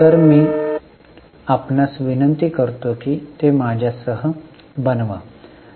तर मी आपणास विनंती करतो की ते माझ्यासह बनवा